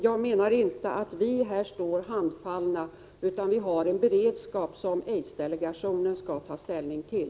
Jag tycker inte att vi står handfallna, utan vi har en beredskap och förslag härvidlag som AIDS-delegationen skall ta ställning till.